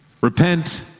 Repent